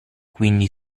quindi